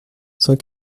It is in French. cent